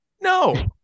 No